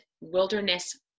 wilderness